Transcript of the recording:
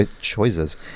Choices